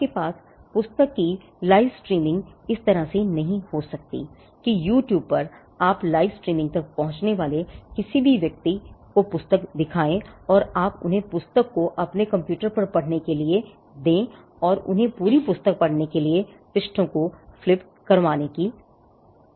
आपके पास पुस्तक की लाइव स्ट्रीमिंग इस तरह से नहीं हो सकती है कि YouTube पर आपकी लाइव स्ट्रीमिंग तक पहुंच रखने वाला कोई व्यक्ति पुस्तक देख रहा हो और आप उन्हें पुस्तक को अपने कंप्यूटर पर पढ़ने के लिए दे रहे हों और उन्हें पूरी पुस्तक पढ़ने के लिए पृष्ठों को फ्लिप कर रहे हों